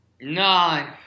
nine